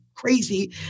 Crazy